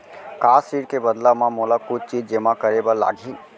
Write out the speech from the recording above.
का ऋण के बदला म मोला कुछ चीज जेमा करे बर लागही?